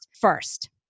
first